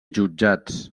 jutjats